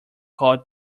called